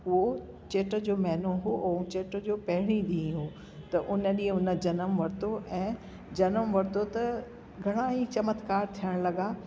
उहो चेट्र जो महिनो हो हो चेट जो पहिरियों ॾींहुं हुओ त उन ॾींहुं उन ॼनमु वरितो ऐं ॼनमु वरितो त घणा ई चमत्कार थियण लॻा